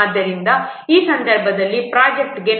ಆದ್ದರಿಂದ ಈ ಸಂದರ್ಭದಲ್ಲಿ ಈ ಪ್ರೊಜೆಕ್ಟ್ಗೆ ನಾಮಿನಲ್ ಎಫರ್ಟ್ 302